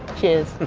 cheers.